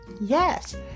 yes